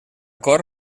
cor